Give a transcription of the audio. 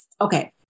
okay